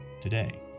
today